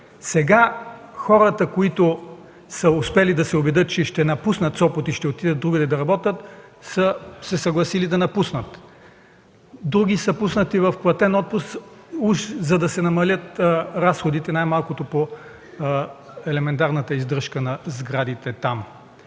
Сега хората, които са успели да се убедят да напуснат Сопот и да отидат да работят другаде, са се съгласили да напуснат. Други са пуснати в платен отпуск, уж за да се намалят разходите, най-малкото по елементарната издръжка на сградите там.